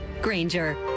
Granger